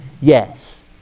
Yes